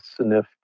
sniff